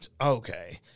Okay